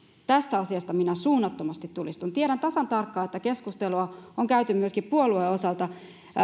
tästä asiasta minä suunnattomasti tulistun tiedän tasan tarkkaan että keskustelua on käyty myöskin puolueen osalta